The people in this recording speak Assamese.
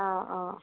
অঁ অঁ